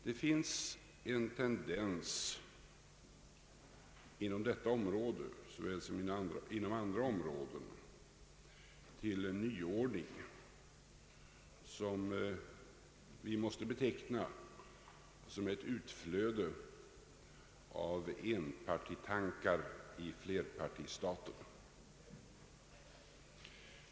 Det finns en tendens inom detta såväl som andra områden till en nyordning, som vi måste beteckna som ett utflöde av enpartitankar i flerpartistaten.